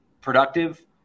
productive